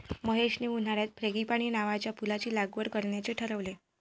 महेशने उन्हाळ्यात फ्रँगीपानी नावाच्या फुलाची लागवड करण्याचे ठरवले